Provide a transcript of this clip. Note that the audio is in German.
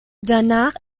danach